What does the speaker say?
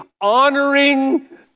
honoring